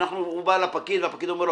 שהוא בא לפקיד והפקיד מציע לו